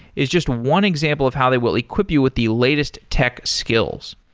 is just one example of how they will equip you with the latest tech skills.